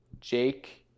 Jake